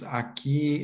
aqui